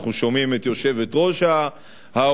אנחנו שומעים את יושבת-ראש האופוזיציה,